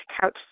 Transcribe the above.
couch